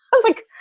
i was like,